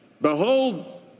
Behold